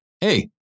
Hey